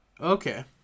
Okay